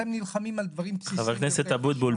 אתם נלחמים על דברים בסיסיים -- חבר הכנסת אבוטבול,